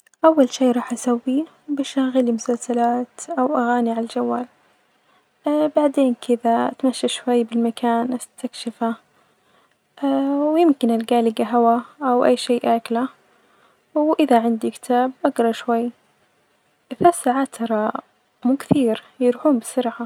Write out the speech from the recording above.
أول شئ راح أسوية بشغل مسلسلات أو أغاتي عالجوال، بعدين كده أتمشي شوي بالمكان أستكشفة، يمكن ألجالي جهوة أو أي شءئ آكلة و إذا عندي كتاب أجرأ شوي هالساعات مو كتير يروحون بسرعة.